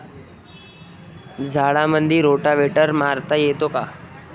झाडामंदी रोटावेटर मारता येतो काय?